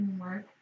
Work